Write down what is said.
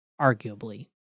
arguably